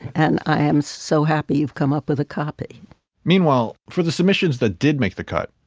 and i am so happy you've come up with a copy meanwhile, for the submissions that did make the cut.